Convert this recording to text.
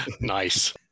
Nice